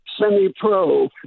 semi-pro